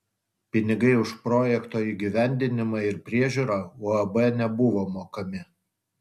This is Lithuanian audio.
pinigai už projekto įgyvendinimą ir priežiūrą uab nebuvo mokami